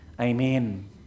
amen